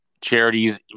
charities